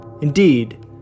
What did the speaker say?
Indeed